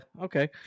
okay